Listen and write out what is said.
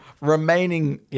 remaining